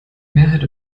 mehrheit